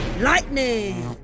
Lightning